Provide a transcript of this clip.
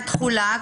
על התחולה.